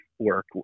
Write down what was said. work